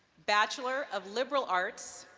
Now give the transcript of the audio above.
bachelor of liberal arts,